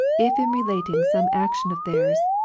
if in relating some action of theirs,